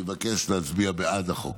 אני מבקש להצביע בעד החוק.